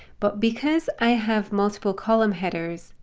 but because i have multiple column headers,